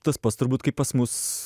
tas pats turbūt kaip pas mus